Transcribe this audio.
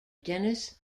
dennis